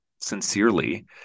sincerely